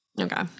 okay